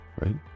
right